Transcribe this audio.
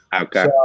Okay